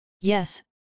Yes